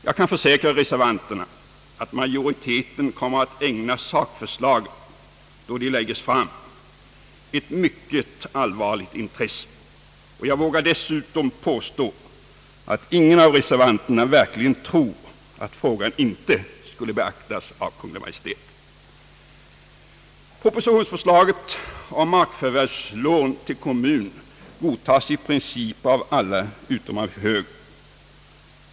Jag kan försäkra reservanterna att majoriteten kommer att ägna sakförslagen, då de läggs fram, ett mycket allvarligt intresse, och jag vågar dessutom påstå att ingen av reservanterna verkligen tror att frågan inte skulle beaktas av Kungl. Maj:t. Propositionsförslaget om markförvärvslån till kommun godtas i princip av alla utom av högern.